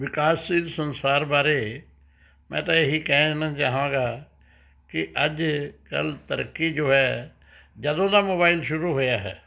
ਵਿਕਾਸਸ਼ੀਲ ਸੰਸਾਰ ਬਾਰੇ ਮੈਂ ਤਾਂ ਇਹੀ ਕਹਿਣਾ ਚਾਹਾਂਗਾ ਕਿ ਅੱਜ ਕੱਲ੍ਹ ਤਰੱਕੀ ਜੋ ਹੈ ਜਦੋਂ ਦਾ ਮੋਬਾਈਲ ਸ਼ੁਰੂ ਹੋਇਆ ਹੈ